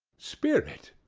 spirit,